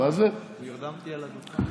נרדמתי על הדוכן.